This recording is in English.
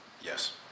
Yes